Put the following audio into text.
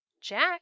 Jack